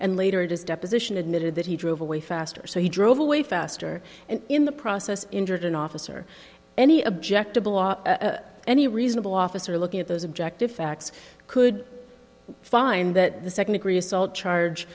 and later it is deposition admitted that he drove away faster so he drove away faster and in the process injured an officer any object any reasonable officer looking at those objective facts could find that the second degree assault